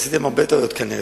עשיתם הרבה טעויות כנראה,